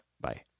Bye